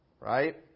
right